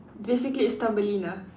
basically it's Thumbelina